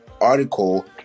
article